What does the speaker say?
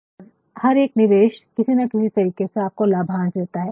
और हर एक निवेश किसी न किसी तरीके से आपको लाभांश देता है